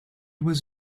was